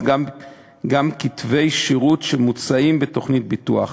גם על כתבי שירות שמוצעים בתוכנית ביטוח.